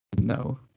No